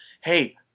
Hey